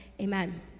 Amen